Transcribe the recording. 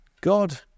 God